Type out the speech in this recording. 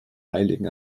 heiligen